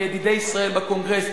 לידידי ישראל בקונגרס,